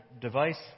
device